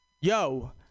yo